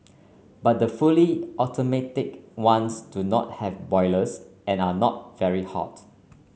but the fully automatic ones do not have boilers and are not very hot